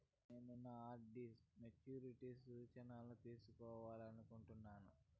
నేను నా RD maturity సూచనలను తెలుసుకోవాలనుకుంటున్నాను